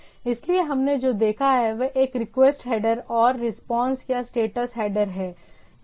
इसलिए हमने जो देखा है वह एक रिक्वेस्ट हेडर और रिस्पांस या स्टेटस हेडर है